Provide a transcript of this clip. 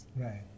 right